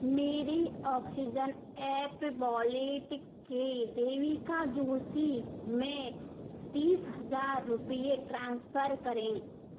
मेरी oxygen app wallet के देविका जोशी में तीस हजार रुपये ट्रांसफ़र करें